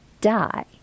die